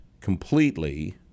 completely